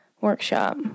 workshop